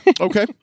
Okay